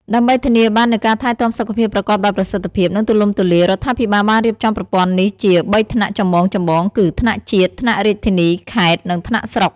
ដើម្បីធានាបាននូវការថែទាំសុខភាពប្រកបដោយប្រសិទ្ធភាព និងទូលំទូលាយ រដ្ឋាភិបាលបានរៀបចំប្រព័ន្ធនេះជា បីថ្នាក់ចម្បងៗគឺ ថ្នាក់ជាតិ ថ្នាក់រាជធានី/ខេត្ត និងថ្នាក់ស្រុក។